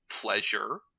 pleasure